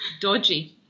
dodgy